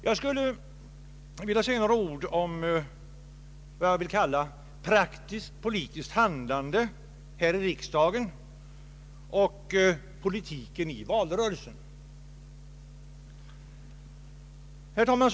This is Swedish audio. Jag skulle vilja säga några ord om vad jag vill kalla praktiskt politiskt handlande här i riksdagen och politiken i valrörelsen. Herr talman!